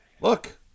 look